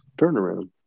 turnaround